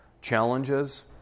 challenges